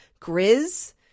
grizz